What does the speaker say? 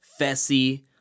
Fessy